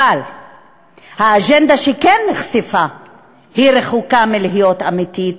אבל האג'נדה שכן נחשפה רחוקה מלהיות אמיתית,